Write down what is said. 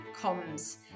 comms